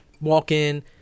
Walk-in